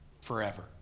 forever